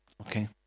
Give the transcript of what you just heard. Okay